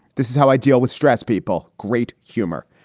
this is how i deal with stress people. great humor.